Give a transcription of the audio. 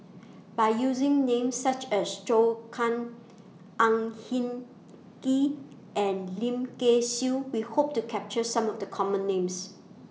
By using Names such as Zhou Can Ang Hin Kee and Lim Kay Siu We Hope to capture Some of The Common Names